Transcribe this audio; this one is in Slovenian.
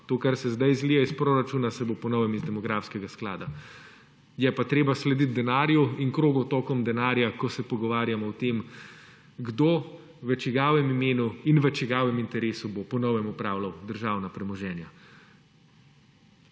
to kar se zdaj zlije iz proračuna se bo po novem iz demografskega sklada. Je pa treba slediti denarju in krogom toku denarja, ko se pogovarjamo o tem kdo, v čigavem imenu in v čigavem interesu bo po novem upravljal državna premoženja.